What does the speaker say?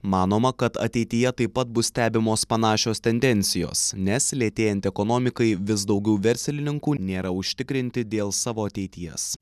manoma kad ateityje taip pat bus stebimos panašios tendencijos nes lėtėjant ekonomikai vis daugiau verslininkų nėra užtikrinti dėl savo ateities